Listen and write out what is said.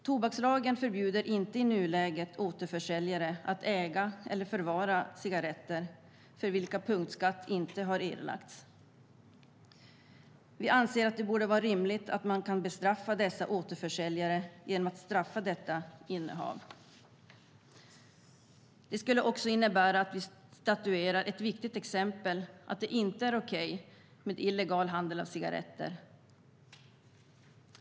Tobakslagen förbjuder inte i nuläget återförsäljare att äga eller förvara cigaretter för vilka punktskatt inte har erlagts. Vi anser att det borde vara rimligt att kunna bestraffa dessa återförsäljare genom att straffa detta innehav. Det skulle också innebära att vi statuerar ett viktigt exempel om att det inte är okej med illegal handel av cigaretter.